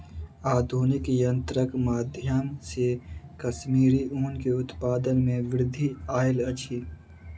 आधुनिक यंत्रक माध्यम से कश्मीरी ऊन के उत्पादन में वृद्धि आयल अछि